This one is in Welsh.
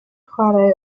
chwarae